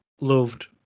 loved